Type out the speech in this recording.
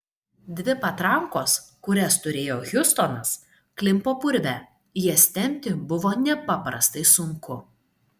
dvi patrankos kurias turėjo hiustonas klimpo purve jas tempti buvo nepaprastai sunku